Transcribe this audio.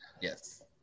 Yes